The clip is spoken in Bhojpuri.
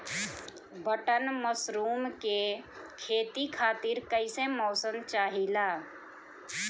बटन मशरूम के खेती खातिर कईसे मौसम चाहिला?